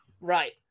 Right